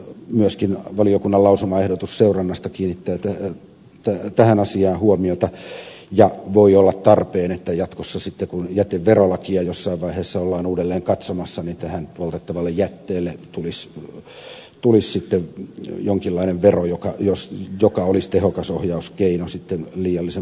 myöskin valiokunnan lausumaehdotus seurannasta kiinnittää tähän asiaan huomiota ja voi olla tarpeen että jatkossa sitten kun jäteverolakia jossain vaiheessa ollaan uudelleen katsomassa tälle poltettavalle jätteelle tulisi sitten jonkinlainen vero joka olisi tehokas ohjauskeino liiallisen polton välttämiseksi